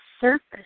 surface